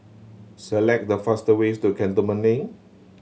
select the fast ways to Cantonment Link